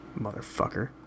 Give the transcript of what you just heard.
Motherfucker